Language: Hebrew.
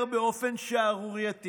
אומר באופן שערורייתי